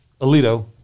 Alito